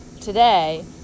today